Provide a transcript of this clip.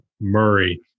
Murray